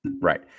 right